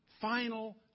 final